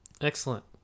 Excellent